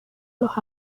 los